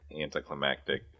anticlimactic